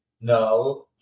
No